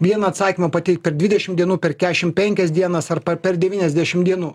vieną atsakymą pateikt per dvidešim dienų per kešim penkias dienas arba per devyniasdešim dienų